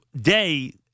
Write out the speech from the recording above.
day